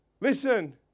Listen